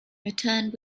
returned